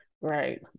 Right